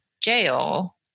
jail